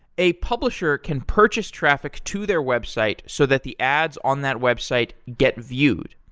a publisher can purchase traffic to their website so that the ads on that website get viewed.